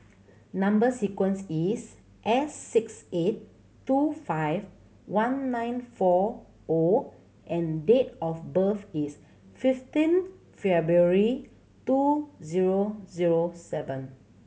number sequence is S six eight two five one nine four O and date of birth is fifteen February two zero zero seven